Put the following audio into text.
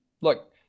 Look